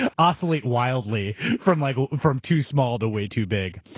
ah oscillate wildly, from like from too small to way too big.